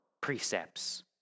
precepts